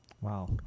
Wow